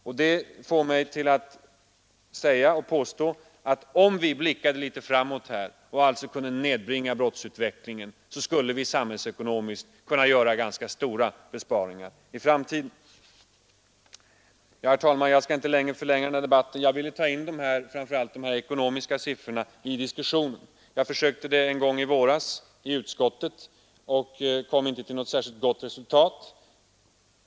Och det får mig att påstå, att om vi blickade litet framåt här och alltså kunde nedbringa brottsutvecklingen skulle vi samhällsekonomiskt kunna göra stora besparingar i framtiden. Herr talman! Jag skall inte mycket förlänga den här debatten. Jag ville framför allt föra in dessa ekonomiska fakta i diskussionen. En gång i våras försökte jag göra det i utskottet och kom inte till något särskilt gott resultat.